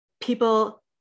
people